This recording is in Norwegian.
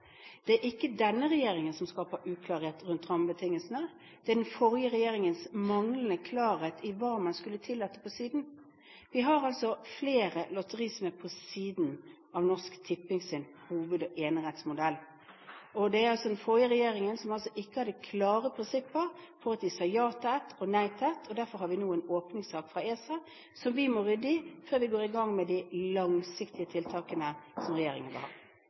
Det er ikke denne regjeringen som skaper uklarhet rundt rammebetingelsene – det er den forrige regjeringens manglende klarhet i hva man skulle tillate på siden. Vi har flere lotterier som er på siden av Norsk Tippings enerettsmodell, og det var altså den forrige regjeringen som ikke hadde klare prinsipper da den sa ja til et og nei til et. Derfor har vi nå en åpningssak fra ESA som vi må rydde i før vi går i gang med de langsiktige tiltakene som regjeringen vil ha.